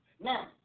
Now